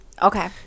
Okay